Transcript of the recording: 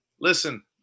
Listen